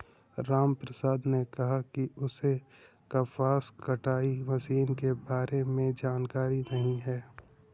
रामप्रसाद ने कहा कि उसे कपास कटाई मशीन के बारे में जानकारी नहीं है